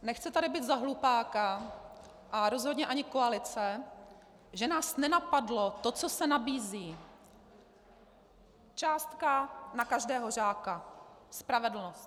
Nechci tady být za hlupáka a rozhodně ani koalice, že nás nenapadlo to, co se nabízí částka na každého žáka, spravedlnost.